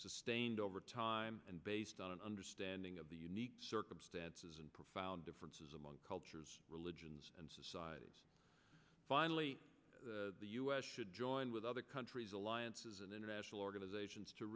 sustained over time and based on an understanding of the unique circumstances and profound differences among cultures religions and societies finally the u s should join with other countries alliances and international organizations to